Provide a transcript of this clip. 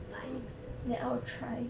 by next year